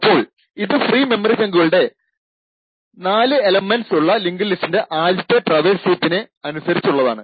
അപ്പോൾ ഇത് free memory ചങ്കുകളുടെ 4 എലമെൻറ്സ് ഉള്ള ലിങ്ക്ഡ് ലിസ്റ്റിന്റെ ആദ്യത്തെ ട്രാവേഴ്സ് ഹീപ്പിന് അനുസരിച്ചുള്ളതാണ്